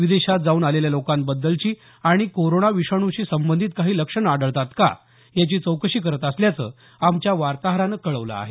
विदेशात जाऊन आलेल्या लोकांबद्दलची आणि कोरोनाविषाणूशी संबधित काही लक्षणं आढळतात का याची चौकशी करत असल्याचं आमच्या वार्ताहरानं कळवलं आहे